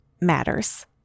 matters